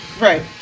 right